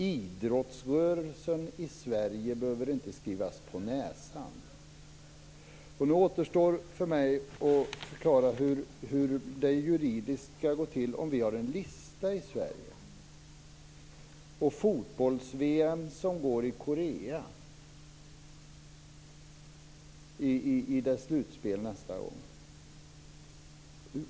Idrottsrörelsen i Sverige behöver inte skrivas detta på näsan. Nu återstår det att förklara hur det juridiskt skall gå till om vi har en lista i Sverige samtidigt som slutspelet i fotbolls-VM går i Korea nästa gång.